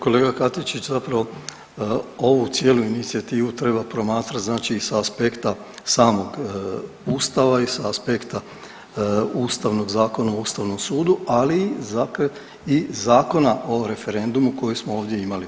Kolega Katičić zapravo ovu cijelu inicijativu treba promatrat znači sa aspekta samog Ustava i sa aspekta Ustavnog zakona o Ustavnom sudu ali zapravo i Zakona o referendumu koji smo ovdje imali.